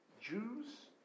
Jews